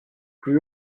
plus